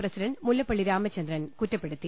president Mullappally Ramachandran കുറ്റപ്പെ ടുത്തി